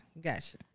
gotcha